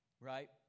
right